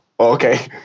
Okay